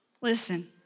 Listen